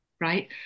Right